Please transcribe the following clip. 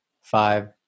five